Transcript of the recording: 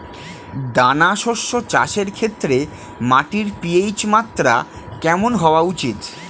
দানা শস্য চাষের ক্ষেত্রে মাটির পি.এইচ মাত্রা কেমন হওয়া উচিৎ?